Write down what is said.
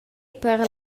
per